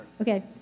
Okay